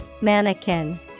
Mannequin